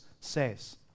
says